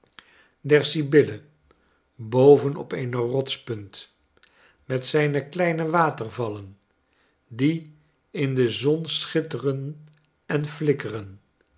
y e boven op eene rotspunt met zijne kleine watervallen die in de zon schitteren en flikkeren